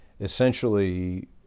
essentially